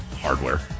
hardware